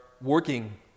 working